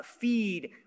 feed